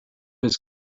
his